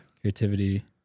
Creativity